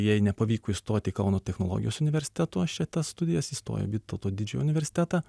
jai nepavyko įstot į kauno technologijos universiteto šitas studijas įstojo į vytauto didžiojo universitetą